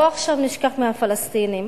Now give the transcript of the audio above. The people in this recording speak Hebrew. בוא עכשיו נשכח מהפלסטינים,